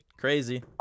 crazy